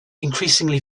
increasingly